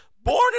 born